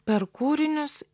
per kūrinius